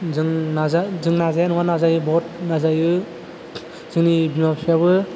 जों नाजा जों नाजाया नङा नाजायो बहुद नाजायो जोंनि बिमा बिफायाबो